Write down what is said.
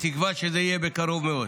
בתקווה שזה יהיה בקרוב מאוד.